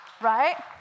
right